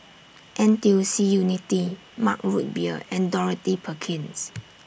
N T U C Unity Mug Root Beer and Dorothy Perkins